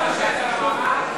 לא,